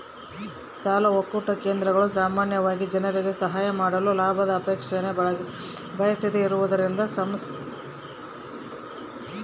ಸಾಲ ಒಕ್ಕೂಟ ಕೇಂದ್ರಗಳು ಸಾಮಾನ್ಯವಾಗಿ ಜನರಿಗೆ ಸಹಾಯ ಮಾಡಲು ಲಾಭದ ಅಪೇಕ್ಷೆನ ಬಯಸದೆಯಿರುವ ಸಂಸ್ಥೆಗಳ್ಯಾಗವ